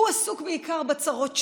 הוא עסוק בעיקר בצרות שלו.